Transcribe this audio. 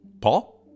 Paul